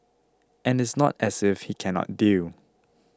and it's not as if he cannot deal